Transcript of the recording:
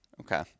Okay